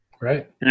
Right